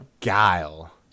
Guile